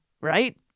Right